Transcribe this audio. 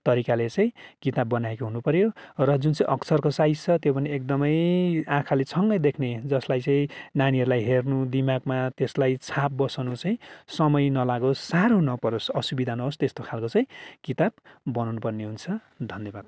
तरिकाले चाहिँ किताब बनाएको हुनुपर्यो र जुन चाहिँ अक्षरको साइज छ त्यो पनि एकदमै आँखाले छङ्गै देख्ने जसलाई चाहिँ नानीहरूलाई हेर्नु दिमागमा त्यसलाई छाप बसाउनु चाहिँ समय नलागोस् साह्रो नपरोस् असुविधा नहोस् त्यस्तो खाल्को चाहिँ किताब बनाउनुपर्ने हुन्छ धन्यवाद